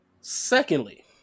Secondly